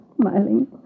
smiling